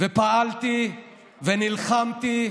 ופעלתי ונלחמתי,